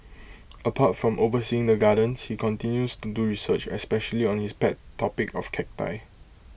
apart from overseeing the gardens he continues to do research especially on his pet topic of cacti